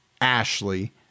Ashley